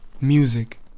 music